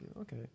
Okay